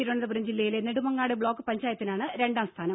തിരുവനന്തപുരം ജില്ലയിലെ നെടുമങ്ങാട് ബ്ലോക്ക് പഞ്ചായത്തിനാണ് രണ്ടാം സ്ഥാനം